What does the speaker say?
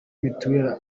mitiweli